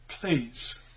please